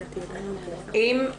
אוקיי,